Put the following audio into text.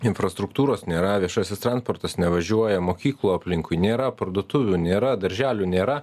infrastruktūros nėra viešasis transportas nevažiuoja mokyklų aplinkui nėra parduotuvių nėra darželių nėra